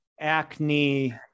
acne